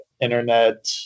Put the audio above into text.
internet